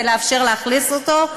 ולאפשר לאכלס אותו.